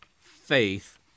faith